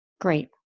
Great